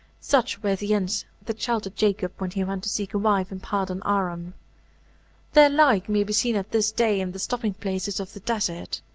such were the inns that sheltered jacob when he went to seek a wife in padan-aram. their like may been seen at this day in the stopping-places of the desert.